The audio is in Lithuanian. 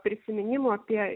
prisiminimų apie